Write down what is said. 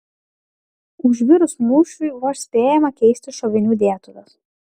užvirus mūšiui vos spėjama keisti šovinių dėtuves